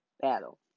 battle